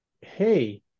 hey